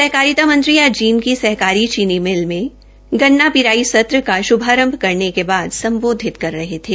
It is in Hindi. सहकारिता मंत्री आज जींद सहकारी चीनी मिल में गन्ना पिराई सत्र श्भारंभ करने के बाद सम्बोधित कर रहे थे